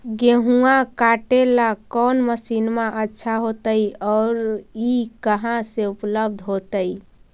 गेहुआ काटेला कौन मशीनमा अच्छा होतई और ई कहा से उपल्ब्ध होतई?